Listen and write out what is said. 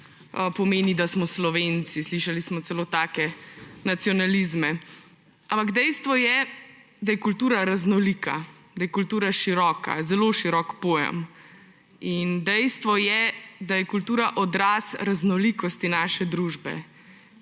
pomeni, da smo Slovenci. Slišali smo celo take nacionalizme. Ampak dejstvo je, da je kultura raznolika, široka, zelo širok pojem, in dejstvo je, da je kultura odraz raznolikosti naše družbe.